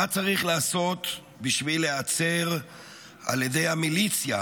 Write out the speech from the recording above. מה צריך לעשות בשביל להיעצר על ידי המיליציה